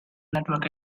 network